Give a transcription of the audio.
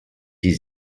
die